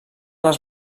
les